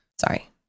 sorry